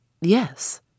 Yes